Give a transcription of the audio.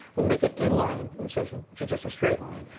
we make an in-line incision, which is just a straight line,